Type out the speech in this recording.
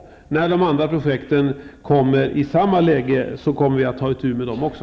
När det andra projekten kommer i samma läge, skall vi ta itu med dem också.